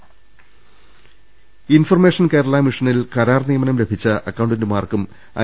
രുടെട്ട്ടറു information Kerala മിഷനിൽ കരാർ നിയമനം ലഭിച്ച അക്കൌ ണ്ടന്റുമാർക്കും ഐ